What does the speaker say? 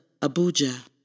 Abuja